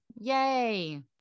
Yay